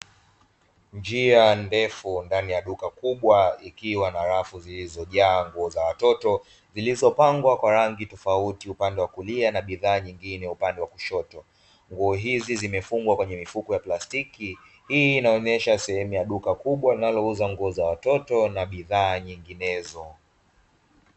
Njia ndefu ndani ya duka kubwa ikiwa na rafu zilizojaa nguo za watoto zilizopangwa kwa rangi tofauti upande wa kulia na bidhaa nyingine upande wa kushoto, nguo hizi zimefungwa kwenye mifuko ya plastiki, hii inaonyesha sehemu ya duka kubwa linalouza nguo za watoto na bidhaa nyinginezo.